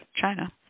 China